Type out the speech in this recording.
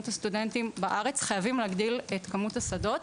הסטודנטים בארץ חייבים להגדיל את כמות השדות,